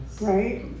right